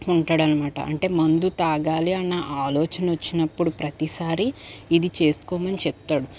ఉంటాడనమాట అంటే మందు తాగాలి అన్న ఆలోచన వచ్చినప్పుడు ప్రతిసారీ ఇది చేసుకోమని చెప్తాడు